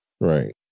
Right